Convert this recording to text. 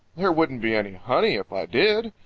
there wouldn't be any honey if i did.